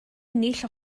ennill